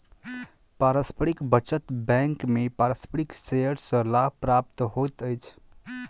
पारस्परिक बचत बैंक में पारस्परिक शेयर सॅ लाभ प्राप्त होइत अछि